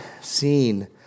seen